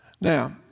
Now